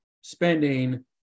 spending